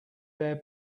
their